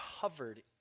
covered